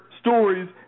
stories